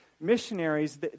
missionaries